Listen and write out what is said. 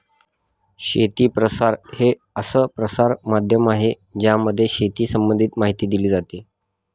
शेती प्रसार हे असं प्रसार माध्यम आहे ज्यामध्ये शेती संबंधित माहिती दिली जाते